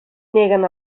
neguen